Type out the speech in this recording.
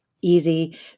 easy